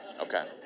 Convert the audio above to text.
Okay